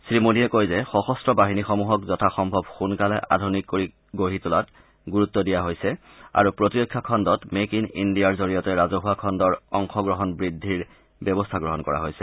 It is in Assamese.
শ্ৰীমোডীয়ে কয় যে সশস্ত্ৰ বাহিনীসমূহক যথাসম্ভৱ সোনকালে আধুনিক কৰি গঢ়ি তোলাত গুৰুত্ব দিয়া হৈছে আৰু প্ৰতিৰক্ষা খণ্ডত মেক ইন ইণ্ডিয়াৰ জৰিয়তে ৰাজহুৱা খণ্ডৰ অংশগ্ৰহণ বৃদ্ধিৰ ব্যৱস্থা গ্ৰহণ কৰা হৈছে